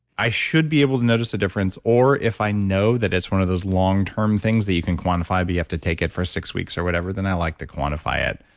i should be able to notice a difference or if i know that it's one of those long-term things that you can quantify, that you have to take it for six weeks or whatever, then i like to quantify it.